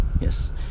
yes